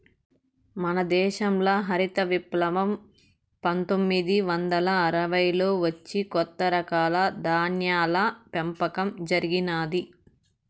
మన దేశంల హరిత విప్లవం పందొమ్మిది వందల అరవైలలో వచ్చి కొత్త రకాల ధాన్యాల పెంపకం జరిగినాది